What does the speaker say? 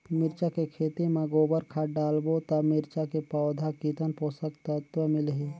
मिरचा के खेती मां गोबर खाद डालबो ता मिरचा के पौधा कितन पोषक तत्व मिलही?